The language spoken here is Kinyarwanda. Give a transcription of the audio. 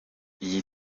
iyi